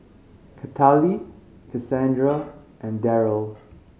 Cathaly Casandra and Darryle